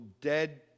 dead